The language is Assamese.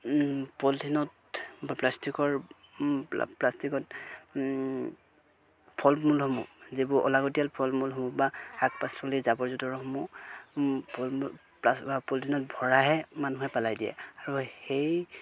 পলিথিনত বা প্লাষ্টিকৰ প্লাষ্টিকত ফল মূলসমূহ যিবোৰ অলাগটিয়াল ফল মূলসমূহ বা শাক পাচলিৰ জাবৰ জোঁথৰসমূহ ফল পলিথিনত ভৰাইহে মানুহে পেলাই দিয়ে আৰু সেই